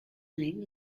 name